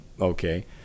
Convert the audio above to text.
Okay